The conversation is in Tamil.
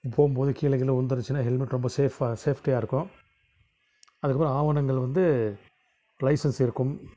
போகும்போது கீழகீழ விழுந்துருச்சின்னா ஹெல்மெட் ரொம்ப சேஃபாக சேஃப்டியாக இருக்கும் அதுக்கப்புறம் ஆவணங்கள் வந்து லைசன்ஸ் இருக்கும்